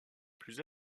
plus